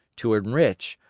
to enrich,